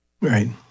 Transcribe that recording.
Right